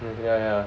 yeah yeah